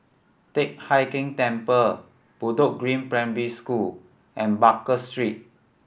Teck Hai Keng Temple Bedok Green Primary School and Baker Street